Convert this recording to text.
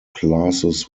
classes